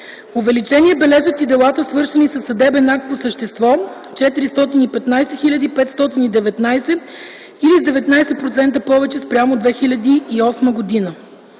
Увеличение бележат и делата, свършени със съдебен акт по същество – 415 хил. 519 или с 19% повече спрямо 2008 г.